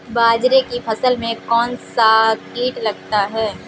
बाजरे की फसल में कौन सा कीट लगता है?